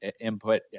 input